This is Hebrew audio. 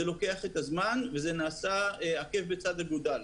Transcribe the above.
זה לוקח את הזמן וזה נעשה עקב בצד אגודל.